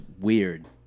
weird